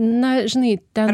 na žinai ten